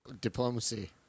Diplomacy